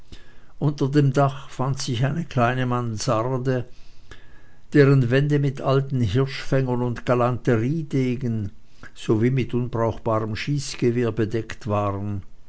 unter dem dache fand ich eine kleine mansarde deren wände mit alten hirschfängern und galanteriedegen sowie mit unbrauchbarem schießgewehr bedeckt waren